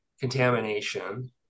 contamination